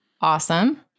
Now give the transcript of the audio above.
Awesome